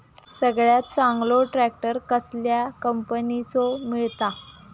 सगळ्यात चांगलो ट्रॅक्टर कसल्या कंपनीचो मिळता?